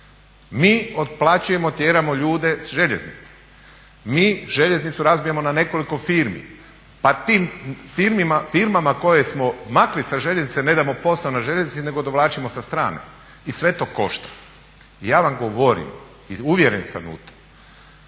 Mi otplaćujemo, tjeramo ljude sa željeznica. Mi željeznicu razbijamo na nekoliko firmi, pa tim firmama koje smo makli sa željeznice ne damo posao na željeznici, nego dovlačimo sa strane i sve to košta. Ja vam govorim i uvjeren sam u to,